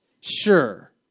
sure